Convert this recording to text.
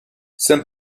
some